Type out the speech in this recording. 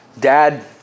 dad